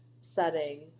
setting